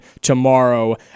tomorrow